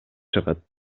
чыгат